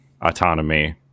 autonomy